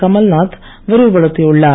Kamal Nath விரிவுப்படுத்தியுள்ளார்